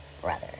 brother